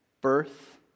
birth